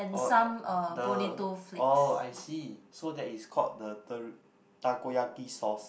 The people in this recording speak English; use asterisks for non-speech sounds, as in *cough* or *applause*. or at the oh I see so that is called the *noise* takoyaki sauce